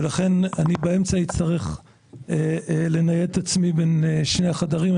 ולכן באמצע אצטרך לנייד את עצמי בין שני החדרים.